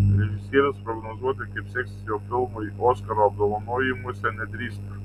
režisierius prognozuoti kaip seksis jo filmui oskaro apdovanojimuose nedrįsta